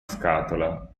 scatola